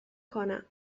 کنم